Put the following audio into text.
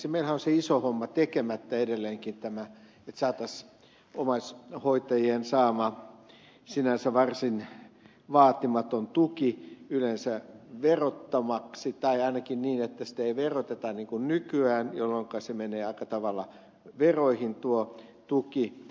meillähän on se iso homma tekemättä edelleenkin että saataisiin omaishoitajien saama sinänsä varsin vaatimaton tuki verottomaksi tai ainakin niin että sitä ei veroteta niin kuin nykyään jolloinka se menee aika tavalla veroihin tuo tuki